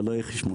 לא יהיה חשמול.